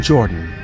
Jordan